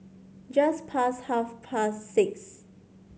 just past half past six